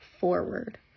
forward